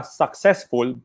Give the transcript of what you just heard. successful